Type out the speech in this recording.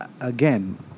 again